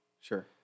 Sure